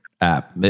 App